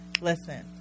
Listen